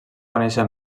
conèixer